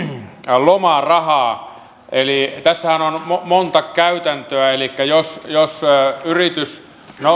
lomarahaa tässähän on on monta käytäntöä elikkä jos jos yritys